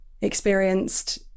experienced